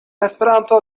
esperanto